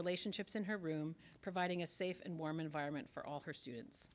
relationships in her room providing a safe and warm environment for all her students